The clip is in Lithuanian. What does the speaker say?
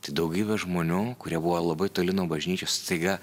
tai daugybė žmonių kurie buvo labai toli nuo bažnyčios staiga